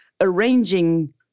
arranging